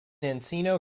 encino